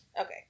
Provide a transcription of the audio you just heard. Okay